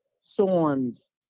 storms